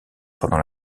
pendant